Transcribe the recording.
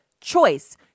choice